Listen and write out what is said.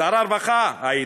שר הרווחה היית,